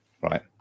right